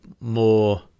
more